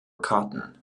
cotton